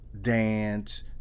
dance